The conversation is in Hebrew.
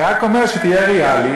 אני רק אומר שתהיה ריאלי,